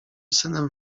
synem